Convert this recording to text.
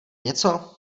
něco